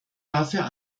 dafür